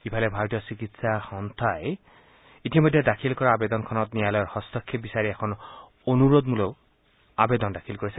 ইফালে ভাৰতীয় চিকিৎসা সংস্থাই ইতিমধ্যে দাখিল কৰা আৱেদনখনত ন্যায়লয়ৰ হস্তক্ষেপ বিচাৰি এখন অনুৰোধমূলক আৱেদন দাখিল কৰিছে